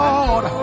Lord